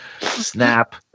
Snap